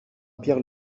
pierre